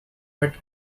but